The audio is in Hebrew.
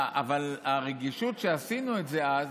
אבל הרגישות שבה עשינו את זה אז,